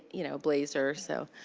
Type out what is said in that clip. you know, blazer. so